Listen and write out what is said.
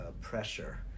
pressure